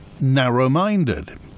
narrow-minded